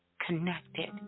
connected